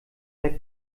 der